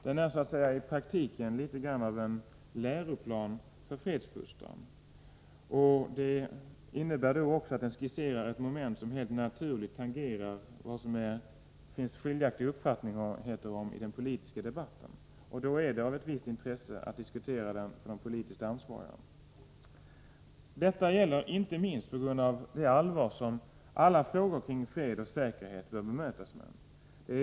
Den är så att säga i praktiken litet grand av en läroplan för fredsfostran, vilket innebär att den då berör ett moment som helt naturligt tangerar sådant som det finns skiljaktiga uppfattningar om i den politiska debatten. Därför är det av ett visst intresse för de politiskt ansvariga att diskutera skriften. Detta gäller inte minst på grund av det allvar som alla frågor om fred och säkerhet bör bemötas med.